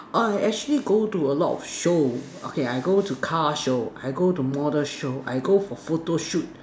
I actually go to a lot of show okay I go to car show I go to model show I go for photo shoot